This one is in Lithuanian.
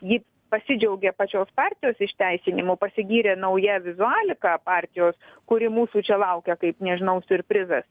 ji pasidžiaugė pačios partijos išteisinimu pasigyrė nauja vizualika partijos kuri mūsų čia laukia kaip nežinau siurprizas